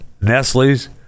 Nestle's